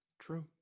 true